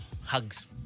Hugs